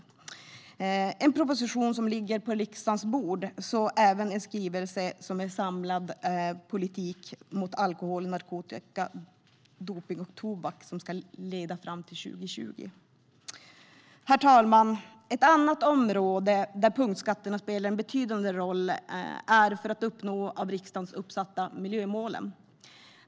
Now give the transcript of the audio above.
Det finns en proposition som ligger på riksdagens bord och även en skrivelse om en samlad politik mot alkohol, narkotika, dopning och tobak som ska leda fram till 2020. Herr talman! Punktskatterna spelar också en betydande roll för att uppnå de av riksdagen uppsatta miljömålen.